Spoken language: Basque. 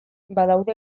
badaude